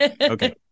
Okay